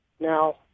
Now